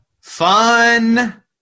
fun